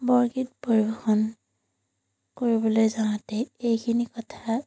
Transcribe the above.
বৰগীত পৰিৱেশন কৰিবলৈ যাওঁতে এইখিনি কথা